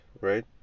right